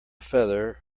feather